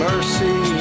mercy